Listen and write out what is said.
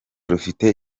rufite